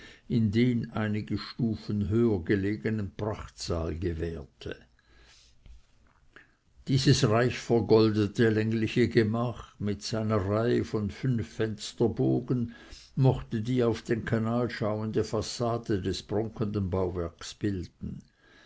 in den einige stufen höher gelegenen prachtsaal gewährte dieses reich vergoldete längliche gemach mit seiner reihe von fünf fensterbogen mochte die auf den canal schauende fassade des prunkenden bauwerks bilden